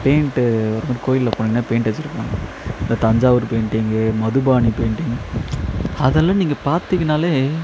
paint அதுமாதிரி கோயிலில் போனிங்கன்னால் பெயிண்ட்டு அடிச்சுருப்பாங்க இந்த தஞ்சாவூர் பெயிண்டிங்கு மதுபானி பெயிண்டிங் அதெல்லாம் நீங்கள் பார்த்தீங்கனாலே